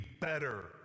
better